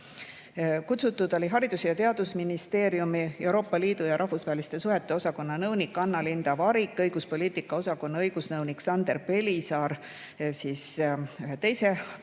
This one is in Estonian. Kutsutud olid Haridus‑ ja Teadusministeeriumi EL ja rahvusvaheliste suhete osakonna nõunik Anna Linda Varik ja õiguspoliitika osakonna õigusnõunik Sander Pelisaar ühe teise